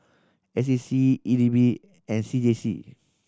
S A C E D B and C J C